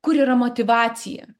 kur yra motyvacija